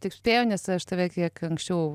taip spėju nes aš tave kiek anksčiau